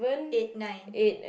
eight nine